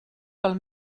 pel